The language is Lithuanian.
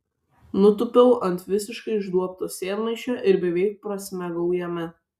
nutūpiau ant visiškai išduobto sėdmaišio ir beveik prasmegau jame